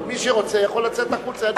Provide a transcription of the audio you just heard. מי שרוצה, יכול לצאת החוצה.